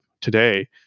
today